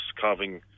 carving